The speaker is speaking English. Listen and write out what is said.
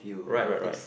right right right